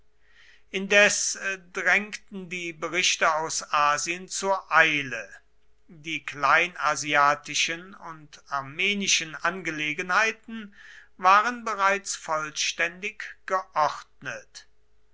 indes drängten die berichte aus asien zur eile die kleinasiatischen und armenischen angelegenheiten waren bereits vollständig geordnet